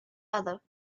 other